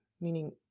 meaning